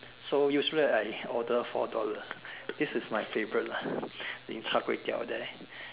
so usually I order four dollars this is my favorite lah in Char-Kway-Teow there